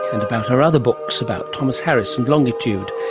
and about her other books about thomas harris and longitude,